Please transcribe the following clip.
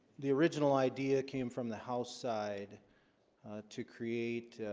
the original idea came from the house side to create